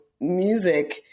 music